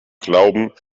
glauben